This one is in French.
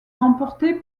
remportée